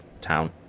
town